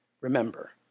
remember